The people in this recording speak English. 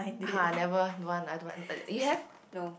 !huh! never don't want I don't want uh you have